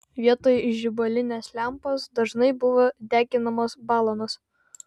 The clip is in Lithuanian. vietoj žibalinės lempos dažnai buvo deginamos balanos